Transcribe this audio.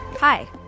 Hi